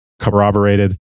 corroborated